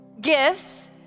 gifts